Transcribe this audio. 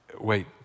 wait